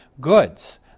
goods